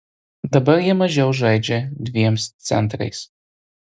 dabar jie mažiau žaidžia dviem centrais